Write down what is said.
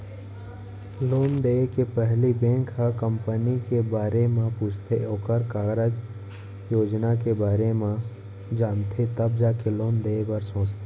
loan देय के पहिली बेंक ह कंपनी के बारे म पूछथे ओखर कारज योजना के बारे म जानथे तब जाके लोन देय बर सोचथे